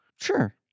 Sure